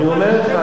אני אומר לך.